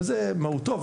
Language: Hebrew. וזה מהותו,